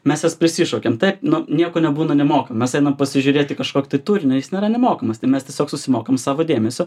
mes jas prisišaukiam taip nu nieko nebūna nemokamo mes einam pasižiūrėti kažkokio tai turinio jis nėra nemokamas tai mes tiesiog susimokam savo dėmesiu